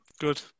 Good